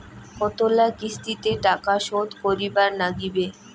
কতোলা কিস্তিতে টাকা শোধ করিবার নাগীবে?